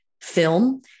film